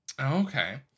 Okay